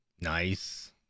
Nice